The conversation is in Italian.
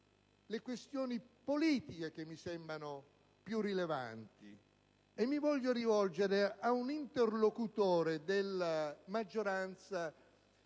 le questioni politiche che mi sembrano più rilevanti rivolgendomi ad un interlocutore della maggioranza